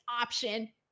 option